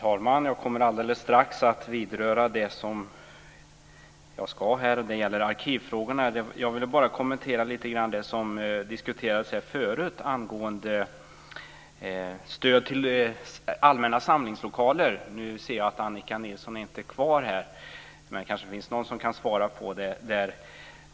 Herr talman! Alldeles strax ska jag beröra arkivfrågorna men först vill jag något kommentera det som diskuterats här om stöd till allmänna samlingslokaler. Jag ser att Annika Nilsson inte är kvar här i kammaren men det finns kanske någon annan som kan ge svar.